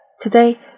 Today